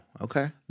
okay